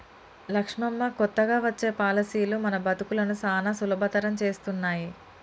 లక్ష్మమ్మ కొత్తగా వచ్చే పాలసీలు మన బతుకులను సానా సులభతరం చేస్తున్నాయి